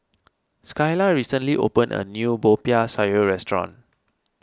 Skyla recently opened a new Popiah Sayur restaurant